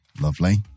Lovely